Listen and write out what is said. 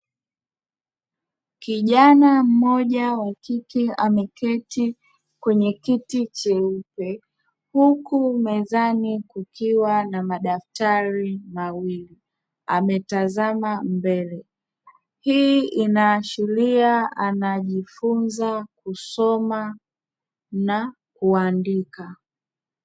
Kijana mmoja wa kike ameketi kwenye kiti cheupe huku mezani kukiwa na madaftari mawili, ametazama mbele. Hii inaashiria anajifunza kusoma na kuandika.